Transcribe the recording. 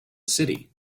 city